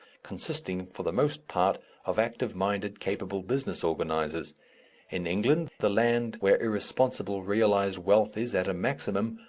consisting for the most part of active-minded, capable business organizers in england, the land where irresponsible realized wealth is at a maximum,